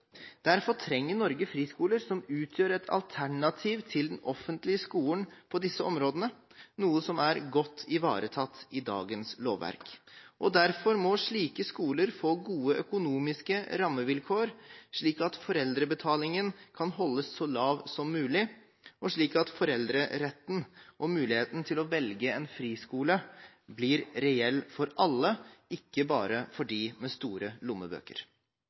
Derfor trenger Norge friskoler som utgjør et alternativ til den offentlige skolen på disse områdene, noe som er godt ivaretatt i dagens lovverk. Derfor må slike skoler få gode økonomiske rammevilkår, slik at foreldrebetalingen kan holdes så lav som mulig, og slik at foreldreretten og muligheten til å velge en friskole blir reell for alle, ikke bare for dem med store lommebøker.